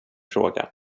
fråga